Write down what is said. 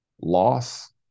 loss